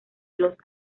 los